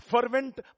fervent